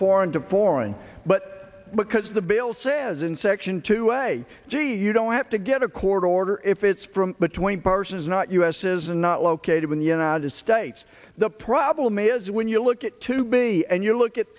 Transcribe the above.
foreign to foreign but because the bill says in section two way gee you don't have to get a court order if it's from between persons not us is not located in the united states the problem is when you look at to be and you look at